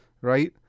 right